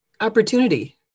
opportunity